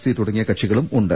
C തുടങ്ങിയ കക്ഷികളുമുണ്ട്